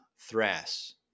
Thras